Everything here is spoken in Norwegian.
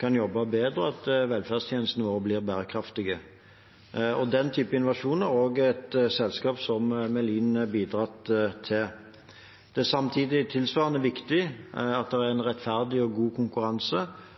kan jobbe bedre, og at velferdstjenestene våre blir bærekraftige. Den typen innovasjon har også et selskap som Melin bidratt til. Det er samtidig tilsvarende viktig at det er